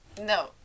no